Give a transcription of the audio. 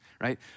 right